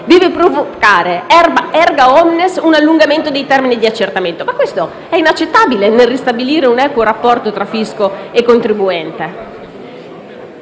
deve provocare *erga omnes* un allungamento dei termini di accertamento? Questo è inaccettabile nel ristabilire un equo rapporto tra fisco e contribuente.